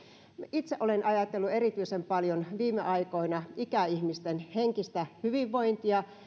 itse olen ajatellut erityisen paljon viime aikoina ikäihmisten henkistä hyvinvointia